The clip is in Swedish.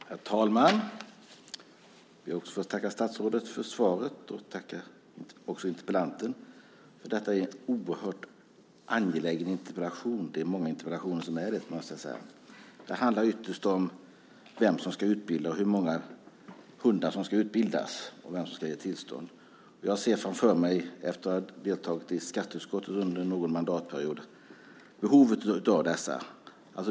Herr talman! Jag får också tacka statsrådet för svaret och tacka interpellanten, för detta är en oerhört angelägen interpellation. Det är många interpellationer som är det, måste jag säga. Det handlar ytterst om vem som ska utbilda, om hur många hundar som ska utbildas och om vem som ska ge tillstånd. Jag ser framför mig, efter att ha deltagit i skatteutskottet under någon mandatperiod, behovet av dessa.